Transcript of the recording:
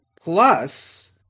plus